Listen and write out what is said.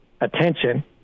attention